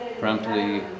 promptly